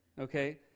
okay